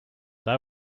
they